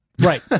Right